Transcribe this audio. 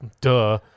Duh